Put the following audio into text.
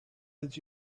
did